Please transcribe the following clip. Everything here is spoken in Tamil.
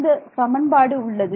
இந்த சமன்பாடு உள்ளது